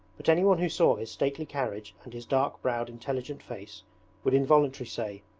but anyone who saw his stately carriage and his dark-browed intelligent face would involuntarily say,